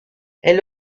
elle